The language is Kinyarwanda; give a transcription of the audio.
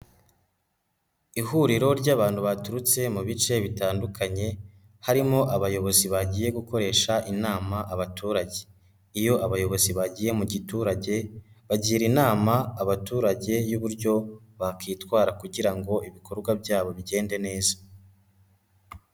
Ihuriro ry'abantu baturutse mu bice bitandukanye, harimo abayobozi bagiye gukoresha inama abaturage. Iyo abayobozi bagiye mu giturage, bagira inama abaturage y'uburyo bakwitwara kugira ngo ibikorwa byabo bigende neza.